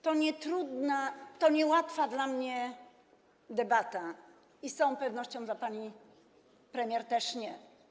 To nietrudna, to niełatwa dla mnie debata i z całą pewnością dla pani premier też nie.